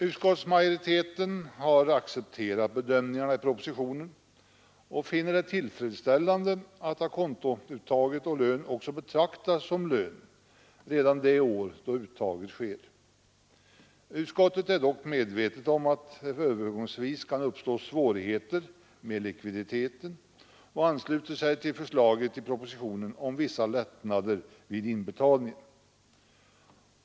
Utskottsmajoriteten har accepterat bedömningarna i propositionen och finner det tillfredsställande att å-contouttag å lön också betraktas som lön redan det år då uttaget sker. Utskottet är dock medvetet om att det övergångsvis kan uppstå svårigheter med likviditeten och ansluter sig också till förslaget i propositionen om vissa lättnader vid inbetalningen.